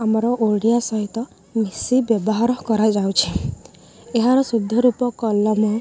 ଆମର ଓଡ଼ିଆ ସହିତ ମିଶି ବ୍ୟବହାର କରାଯାଉଛି ଏହାର ଶୁଦ୍ଧ ରୂପ କଲମ